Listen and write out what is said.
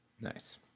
Nice